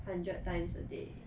hundred times a day